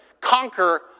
conquer